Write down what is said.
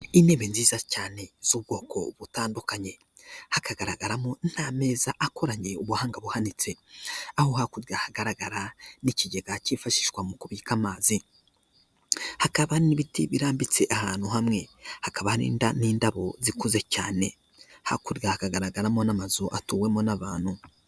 Intebe nziza cyane ubwoko butandukanye, hakagaragaramo n'ameza akoranye ubuhanga buhanitse aho hakurya hagaragara n'ikigega cyifashishwa mu kubika amazi, hakaba n'ibiti birambitse ahantu hamwe hakaba n'indabo zikuze cyane hakurya hagaragaramo n'amazu atuwemo n'abantu.